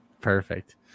Perfect